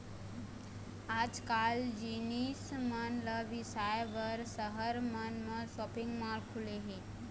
आजकाल जिनिस मन ल बिसाए बर सहर मन म सॉपिंग माल खुले हे